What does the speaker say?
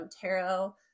tarot